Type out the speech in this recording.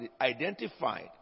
identified